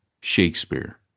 Shakespeare